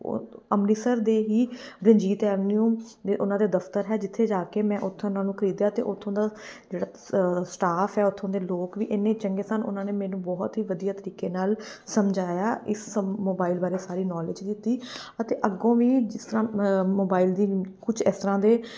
ਉਹ ਅੰਮ੍ਰਿਤਸਰ ਦੇ ਹੀ ਰਣਜੀਤ ਐਵਨਿਊ ਦੇ ਉਹਨਾਂ ਦੇ ਦਫਤਰ ਹੈ ਜਿੱਥੇ ਜਾ ਕੇ ਮੈਂ ਉੱਥੋਂ ਉਹਨਾਂ ਨੂੰ ਖਰੀਦਿਆ ਅਤੇ ਉੱਥੋਂ ਦਾ ਜਿਹੜਾ ਸਟਾਫ ਹੈ ਉੱਥੋਂ ਦੇ ਲੋਕ ਵੀ ਇੰਨੇ ਚੰਗੇ ਸਨ ਉਹਨਾਂ ਨੇ ਮੈਨੂੰ ਬਹੁਤ ਹੀ ਵਧੀਆ ਤਰੀਕੇ ਨਾਲ ਸਮਝਾਇਆ ਇਸ ਸਮ ਮੋਬਾਇਲ ਬਾਰੇ ਸਾਰੀ ਨੌਲੇਜ ਦਿੱਤੀ ਅਤੇ ਅੱਗੋਂ ਵੀ ਜਿਸ ਤਰ੍ਹਾਂ ਮੋਬਾਈਲ ਦੀ ਕੁਛ ਇਸ ਤਰ੍ਹਾਂ ਦੇ